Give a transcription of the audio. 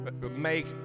Make